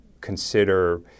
consider